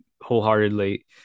wholeheartedly